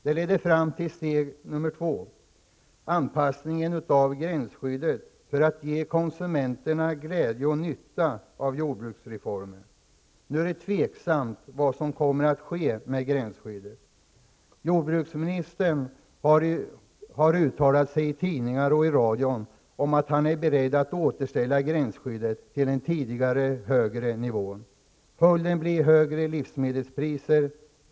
Det ledde fram till steg två, anpassning av gränsskyddet för att ge konsumenterna glädje och nytta av jordbruksreformen. Nu är det tveksamt vad som kommer att ske med gränsskyddet. Jordbruksministern har uttalat sig i tidningar och i radion om att han är beredd att återställa gränsskyddet till den tidigare högre nivån. Följden blir högre livsmedelspriser.